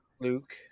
Luke